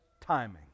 timing